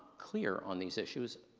clear on these issues.